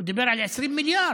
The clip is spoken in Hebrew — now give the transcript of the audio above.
הוא דיבר על 20 מיליארד.